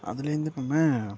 அதுலேருந்து